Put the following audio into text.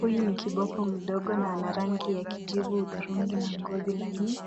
Huyu ni kiboko mdogo mwenye rangi ya kijivu na ngozi laini.